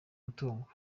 mutungo